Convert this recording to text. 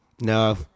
No